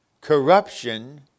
corruption